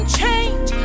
change